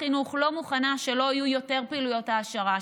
חינוך לא מוכנה שלא יהיו יותר פעילויות העשרה,